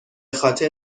خاطر